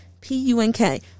P-U-N-K